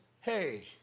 hey